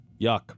Yuck